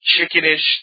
chickenish